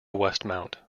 westmount